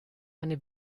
eine